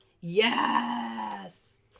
Yes